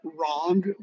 wrong